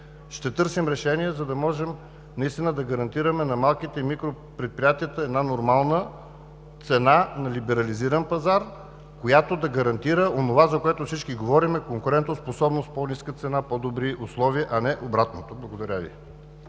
Ще търсим решение, за да можем да гарантираме на малките и микропредприятията една нормална цена на либерализиран пазар, която да гарантира онова, за което всички говорим – конкурентоспособност, по-ниска цена, по-добри условия, а не обратното. Благодаря Ви.